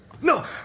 No